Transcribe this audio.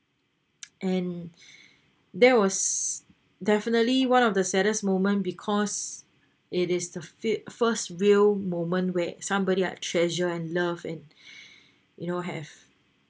and there was definitely one of the saddest moment because it is the fir~ first real moment where somebody I treasured and love and you know have